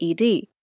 ED